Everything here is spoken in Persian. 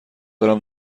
دارم